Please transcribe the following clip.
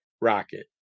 Rocket